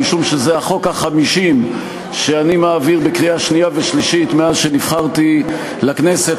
משום שזה החוק ה-50 שאני מעביר בקריאה שנייה ושלישית מאז שנבחרתי לכנסת,